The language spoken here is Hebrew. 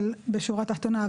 אבל בשורה התחתונה,